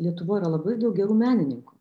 lietuvoj yra labai daug gerų menininkų